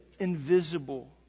invisible